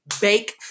Bake